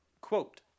Quote